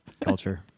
Culture